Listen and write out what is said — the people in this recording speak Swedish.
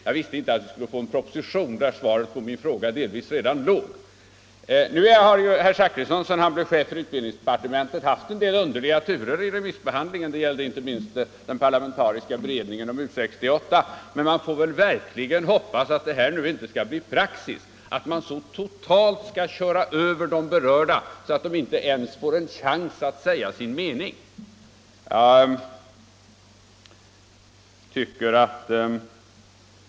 Jag visste inte att vi skulle få en proposition som delvis redan innehöll svaret på min fråga. Herr Zachrisson har sedan han blev chef för utbildningsdepartementet 15 gjort en del underliga turer i remissbehandlingen — det gäller inte minst den parlamentariska beredningen om U 68. Men vi får verkligen hoppas att det nu inte blir praxis att man så totalt kör över de berörda att de inte ens får en chans att säga sin mening.